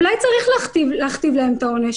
אולי צריך להכתיב לשופטים את העונש?